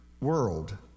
world